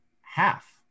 half